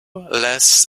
less